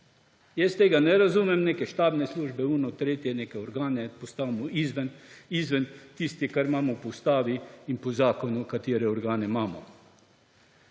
Jaz tega ne razumem. Neke štabne službe, ono, tretje, neke organe postavimo izven tistega, kar imamo po ustavi in po zakonu, katere organe imamo.